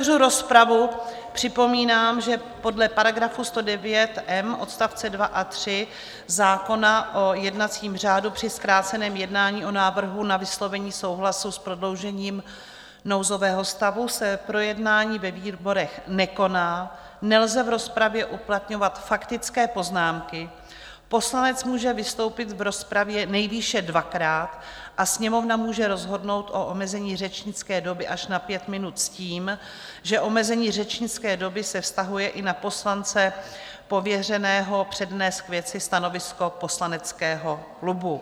Než otevřu rozpravu, připomínám, že podle § 109m odst. 2 a 3 zákona o jednacím řádu při zkráceném jednání o návrhu na vyslovení souhlasu s prodloužením nouzového stavu se projednání ve výborech nekoná, nelze v rozpravě uplatňovat faktické poznámky, poslanec může vystoupit v rozpravě nejvýše dvakrát a Sněmovna může rozhodnout o omezení řečnické doby až na pět minut s tím, že omezení řečnické doby se vztahuje i na poslance pověřeného přednést k věci stanovisko poslaneckého klubu.